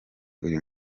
uyu